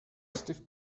stiff